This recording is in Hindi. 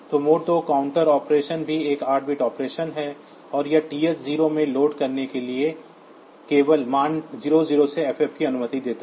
तो मोड 2 काउंटर ऑपरेशन भी एक 8 बिट ऑपरेशन है और यह TH0 में लोड करने के लिए केवल मान 00 से ff की अनुमति देता है